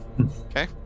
Okay